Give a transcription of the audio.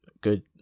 good